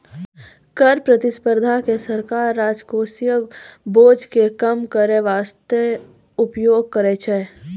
कर प्रतिस्पर्धा के सरकार राजकोषीय बोझ के कम करै बासते उपयोग करै छै